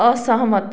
असहमत